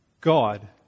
God